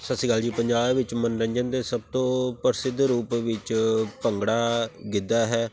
ਸਤਿ ਸ਼੍ਰੀ ਅਕਾਲ ਜੀ ਪੰਜਾਬ ਵਿੱਚ ਮਨੋਰੰਜਨ ਦੇ ਸਭ ਤੋਂ ਪ੍ਰਸਿੱਧ ਰੂਪ ਵਿੱਚ ਭੰਗੜਾ ਗਿੱਧਾ ਹੈ